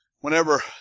whenever